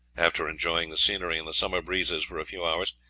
after enjoying the scenery and the summer breezes for a few hours,